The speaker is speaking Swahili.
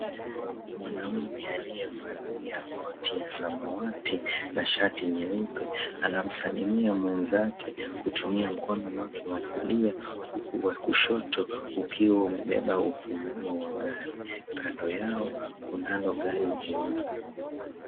Mwanamume aliyevalia koti ya samawati na shati nyeupe, anamsalimia mwenzake kutumia mkono wake wa kulia huku wa kushoto ukiwa umebeba ufunguo wa gari. Kando yao, kunalo gari jeupe.